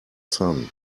sun